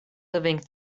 living